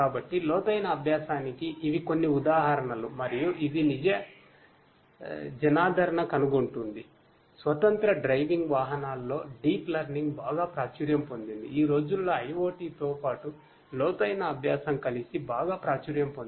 కాబట్టి లోతైన అభ్యాసానికి ఇవి కొన్ని ఉదాహరణలు మరియు ఇది జనాదరణను కనుగొంటుంది